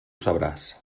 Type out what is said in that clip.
sabràs